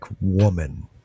woman